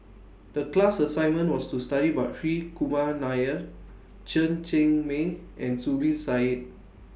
The class assignment was to study about Hri Kumar Nair Chen Cheng Mei and Zubir Said